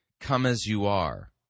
come-as-you-are